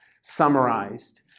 summarized